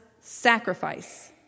sacrifice